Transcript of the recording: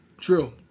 True